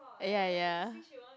ah ya ya